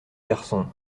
garçon